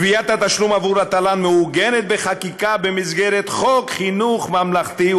גביית התשלום עבור התל"ן מעוגנת בחקיקה במסגרת חוק חינוך ממלכתי,